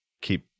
keep